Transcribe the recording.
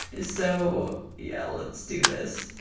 so yeah ah let's do this.